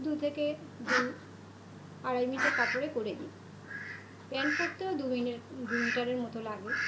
দু থেকে দু আড়াই মিটার কাপড়ে করে দিই প্যান্ট করতেও দুইনের দু মিটারের মতো লাগে